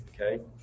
okay